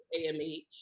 AMH